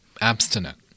abstinent